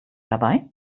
dabei